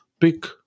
pick